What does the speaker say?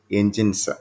engines